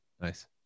Nice